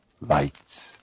Lights